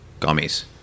gummies